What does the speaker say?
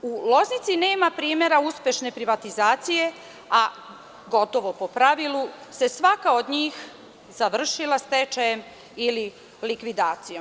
U Loznici nema primera uspešne privatizacije, a gotovo po pravilu se svaka od njih završila stečajem ili likvidacijom.